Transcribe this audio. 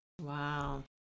Wow